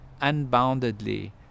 unboundedly